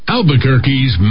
Albuquerque's